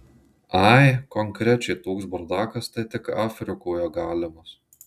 ai konkrečiai toks bardakas tai tik afrikoje galimas